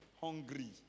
hungry